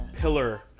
pillar